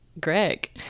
greg